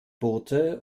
boote